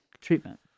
treatment